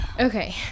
okay